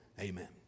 Amen